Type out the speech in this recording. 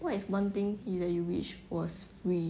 what is one thing that you wish was free